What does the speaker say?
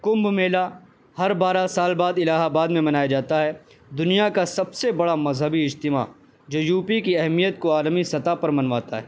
کمبھ میلہ ہر بارہ سال بعد الہ آباد میں منایا جاتا ہے دنیا کا سب سے بڑا مذہبی اجتماع جو یو پی کی اہمیت کو عالمی سطح پر منواتا ہے